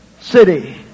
city